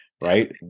right